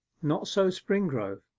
not so springrove.